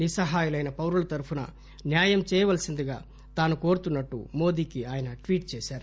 నిస్పహాయులైన పౌరుల తరపున న్యాయం చేయవల్సిందిగా తాను కోరుతున్నట్లు మోదీకి ఆయన టీఏట్ చేశారు